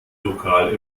lokal